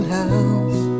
house